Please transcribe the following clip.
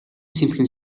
сэмхэн